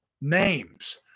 names